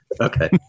Okay